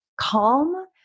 calm